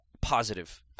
positive